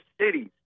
cities